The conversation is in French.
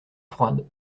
froide